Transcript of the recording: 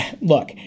look